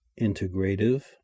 integrative